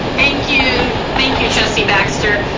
thank you. thank you trustee baxter.